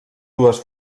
dues